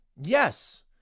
Yes